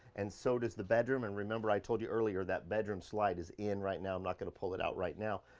and so does the bedroom and remember i told you earlier that bedroom slide is in right now. i'm not gonna pull it out right now,